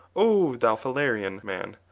o thou phalerian man,